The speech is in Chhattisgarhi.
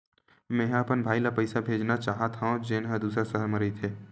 मेंहा अपन भाई ला पइसा भेजना चाहत हव, जेन हा दूसर शहर मा रहिथे